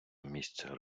місця